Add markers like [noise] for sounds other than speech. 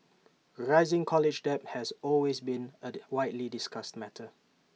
rising college debt has always been A [noise] widely discussed matter